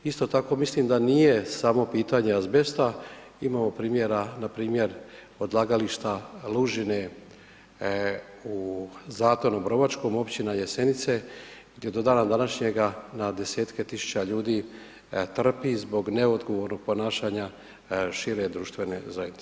Isto tako mislim da nije samo pitanje azbesta, imamo primjera npr. odlagališta lužine u Zatonu Obrovačkom, općina Jesenice gdje do dana današnjega na desetke tisuće ljudi trpi zbog neodgovornog ponašanja šire društvene zajednice.